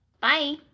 Bye